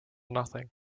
nothing